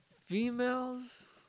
Females